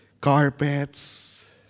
carpets